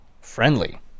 friendly